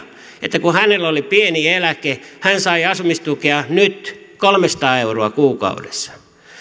että kun hänellä oli pieni eläke hän sai asumistukea nyt kolmesataa euroa kuukaudessa ja